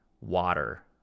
water